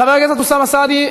חבר הכנסת אוסאמה סעדי,